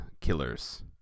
killers